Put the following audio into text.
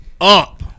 up